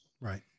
Right